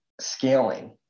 scaling